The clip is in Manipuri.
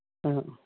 ꯑ ꯑ